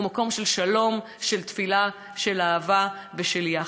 הוא מקום של שלום, של תפילה, של אהבה ושל יחד.